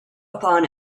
upon